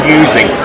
using